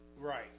Right